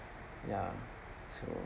ya so